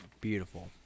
beautiful